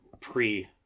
pre